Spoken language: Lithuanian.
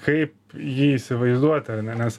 kaip jį įsivaizduoti ane nes